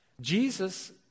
Jesus